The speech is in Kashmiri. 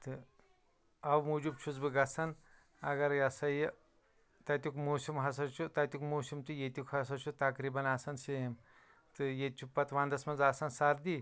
تہٕ اَوٕ موجوب چھُس بہٕ گَژھان اگر یہِ ہَسا یہِ تتیٛک موسم ہَسا چھُ تتیٛک موسم تہٕ ییٚتیٛک ہَسا چھُ تقریبًا آسان سیم تہٕ ییٚتہ چھ پَتہٕ ونٛدَس مَنٛز آسان سردی